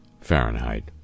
Fahrenheit